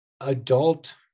adult